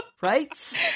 Right